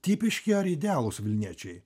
tipiški ar idealūs vilniečiai